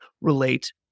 relate